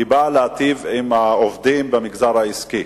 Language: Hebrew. באה להיטיב עם העובדים במגזר העסקי.